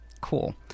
cool